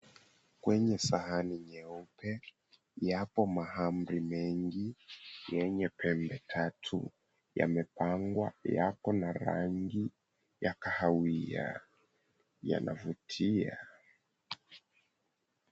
Kwenye sahani nyeupe, yapo mahamri mengi yenye pembe tatu yamepangwa yako na rangi ya kahawia yanavutia.